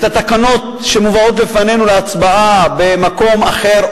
התקנות שמובאות לפנינו להצבעה במקום אחר,